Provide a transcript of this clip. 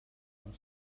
amb